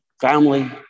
Family